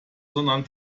sondern